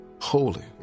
holy